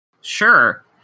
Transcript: Sure